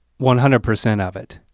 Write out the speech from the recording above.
one hundred percent of it.